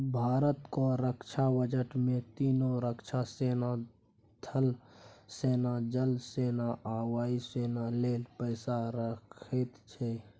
भारतक रक्षा बजट मे तीनों रक्षा सेना थल सेना, जल सेना आ वायु सेना लेल पैसा रहैत छै